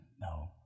no